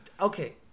okay